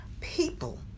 People